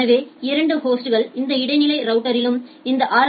எனவே 2 ஹோஸ்டிலும் இந்த இடைநிலை ரவுட்டரிலும் இந்த ஆர்